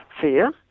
fear